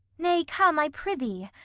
nay, come, i prithee.